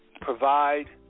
provide